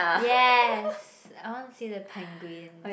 yes I want to see the penguins